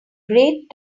great